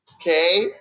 Okay